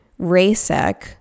Rasek